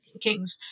kings